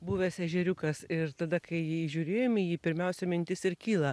buvęs ežeriukas ir tada kai į žiūrėjome į jį pirmiausia mintis ir kyla